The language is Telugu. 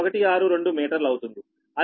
162 మీటర్లు అవుతుంది